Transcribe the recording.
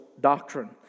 doctrine